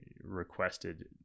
requested